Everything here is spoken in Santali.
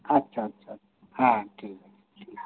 ᱟᱪᱪᱷᱟ ᱟᱪᱪᱷᱟ ᱦᱮᱸ ᱴᱷᱤᱠ ᱜᱮᱭᱟ